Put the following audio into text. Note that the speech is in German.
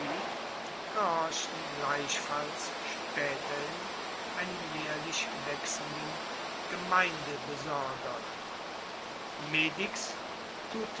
gehorchten gleichfalls spaeterhin einem jaehrlich wechselnden gemeindebesorger